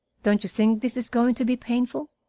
don't you think this is going to be painful?